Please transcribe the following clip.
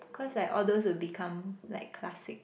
cause like all those will become like classic